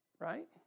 Right